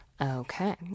Okay